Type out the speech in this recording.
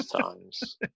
times